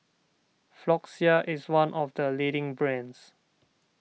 Floxia is one of the leading brands